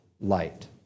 light